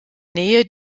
nähe